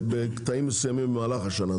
בקטעים מסוימים במהלך השנה.